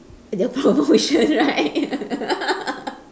their problem right